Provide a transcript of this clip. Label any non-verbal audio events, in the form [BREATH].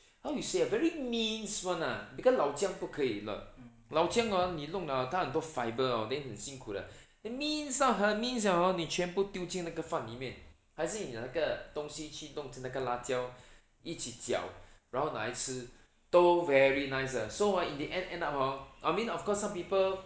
how you say ah very mince [one] ah because 老姜不可以了老姜你弄了它很多 fibre hor then 很辛苦的 [BREATH] mince 到很 mince 了 hor then 你全部丢进那个饭里面还是你那个东西去弄成那个辣椒 [BREATH] 一起搅然后拿来吃都 very nice 的 so hor in the end end up hor I mean of course some people